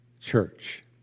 church